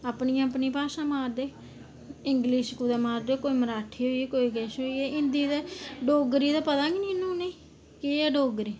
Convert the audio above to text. अपनी अपनी भाशा मारदे इंगलिश कुदै मारदे कोई मराठी होई किश बी हिंदी दा डोगरी कोई बी पता निं ऐ इनें ई केह् ऐ डोगरी